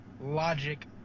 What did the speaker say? Logic